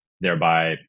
thereby